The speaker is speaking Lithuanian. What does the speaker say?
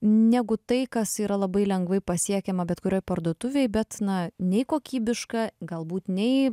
negu tai kas yra labai lengvai pasiekiama bet kurioj parduotuvėj bet na nei kokybiška galbūt nei